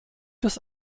des